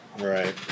Right